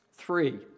Three